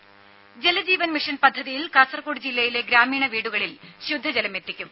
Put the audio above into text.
ത ജലജീവൻ മിഷൻ പദ്ധതിയിൽ കാസർകോട് ജില്ലയിലെ ഗ്രാമീണ വീടുകളിൽ ശുദ്ധജലമെത്തിക്കും